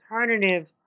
alternative